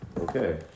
Okay